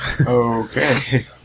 Okay